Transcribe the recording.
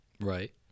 Right